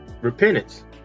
repentance